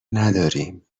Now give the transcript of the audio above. نداریم